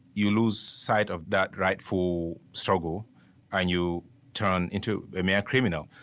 you lose sight of that rightful struggle and you turn into a mere criminal.